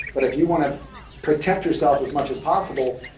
but if you want to protect yourself as much as possible,